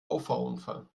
auffahrunfall